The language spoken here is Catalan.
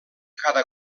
cada